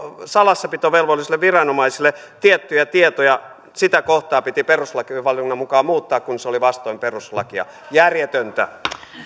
salassapitovelvollisille viranomaisille tiettyjä tietoja sitä kohtaa piti perustuslakivaliokunnan mukaan muuttaa kun se oli vastoin perustuslakia järjetöntä